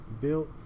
built